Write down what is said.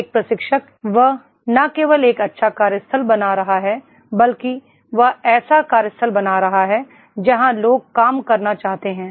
एक प्रशिक्षक वह न केवल एक अच्छा कार्यस्थल बना रहा है बल्कि वह ऐसा कार्यस्थल बना रहा है जहाँ लोग काम करना चाहते हैं